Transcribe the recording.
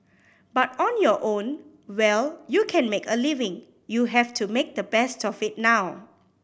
but on your own well you can make a living you have to make the best of it now